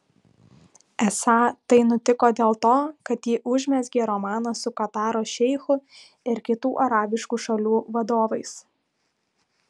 esą tai nutiko dėl to kad ji užmezgė romaną su kataro šeichu ir kitų arabiškų šalių vadovais